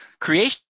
creation